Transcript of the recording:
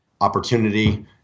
opportunity